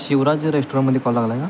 शिवराज रेस्टॉरंटमध्ये कॉल लागला आहे का